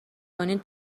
کنید